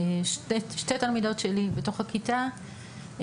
שתי תלמידות שלי בתוך הכיתה,